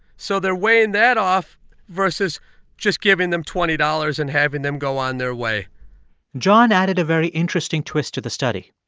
so they're weighing that off versus just giving them twenty dollars and having them go on their way john added a very interesting twist to the study.